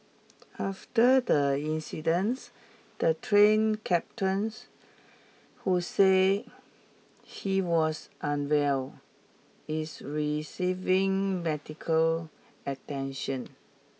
after the incidence the train captains who said he was unwell is receiving medical attention